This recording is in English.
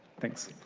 thanks.